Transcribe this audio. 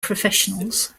professionals